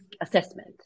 assessment